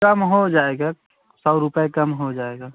कम हो जाएगा सौ रुपये कम हो जाएगा